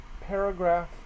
paragraph